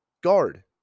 guard